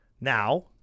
Now